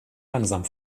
langsam